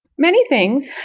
many things,